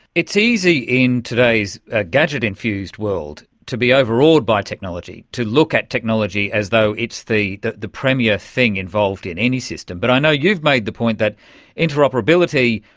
it's easy in today's ah gadget infused world to be overawed by technology, to look at technology as though it's the the premier thing involved in any system, but i know you've made the point that interoperability,